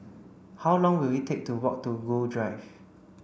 how long will it take to walk to Gul Drive